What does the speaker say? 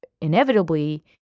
inevitably